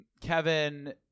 Kevin